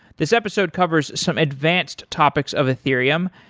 this episode covers some advanced topics of ethereum.